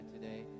today